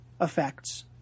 effects